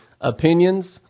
opinions